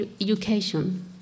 education